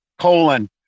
colon